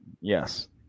Yes